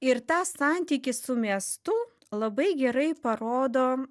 ir tą santykį su miestu labai gerai parodo